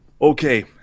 okay